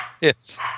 Yes